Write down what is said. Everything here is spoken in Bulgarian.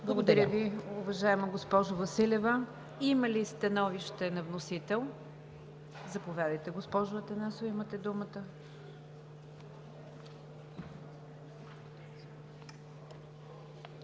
Благодаря Ви, уважаема госпожо Василева. Има ли становище на вносител? Заповядайте, госпожо Атанасова, имате думата.